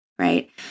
Right